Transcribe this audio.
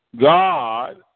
God